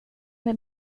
med